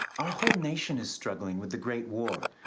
our whole nation is struggling with the great war.